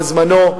בזמנה,